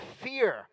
fear